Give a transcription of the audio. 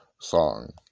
song